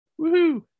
woohoo